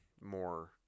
more